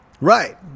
Right